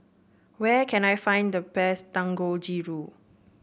where can I find the best Dangojiru